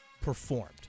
Performed